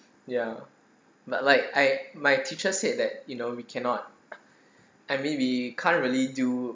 ya but like I my teacher said that you know we cannot I mean we can't really do